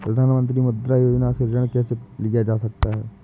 प्रधानमंत्री मुद्रा योजना से ऋण कैसे लिया जा सकता है?